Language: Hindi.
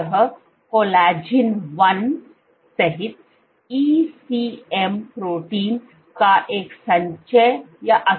यह कोलेजन 1 सहित ECM प्रोटीन का एक संचय है